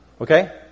okay